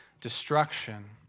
destruction